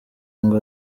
ngo